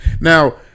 Now